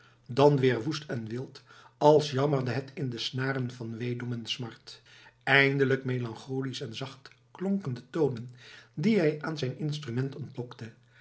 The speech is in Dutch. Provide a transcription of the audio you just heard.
dan weer woest en wild als jammerde het in de snaren van weedom en smart eindelijk melancholisch en zacht klonken de tonen die hij aan zijn instrument